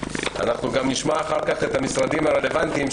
גם נשמע אחר כך את המשרדים הרלוונטיים,